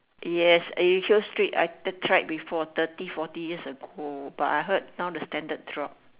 yes it shows street I tried thirty forty years ago but I heard now the standard drop